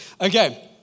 Okay